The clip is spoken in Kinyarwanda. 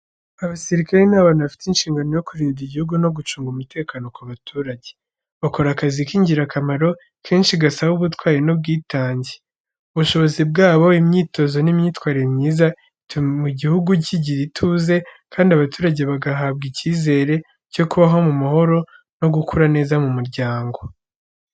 Abasirikare ni abantu bafite inshingano yo kurinda igihugu no gucunga umutekano ku baturage. Bakora akazi k’ingirakamaro, kenshi gasaba ubutwari n’ubwitange. Ubushobozi bwabo, imyitozo n’imyitwarire myiza bituma igihugu kigira ituze, kandi abaturage bagahabwa icyizere cyo kubaho mu mahoro no gukura neza mu muryango.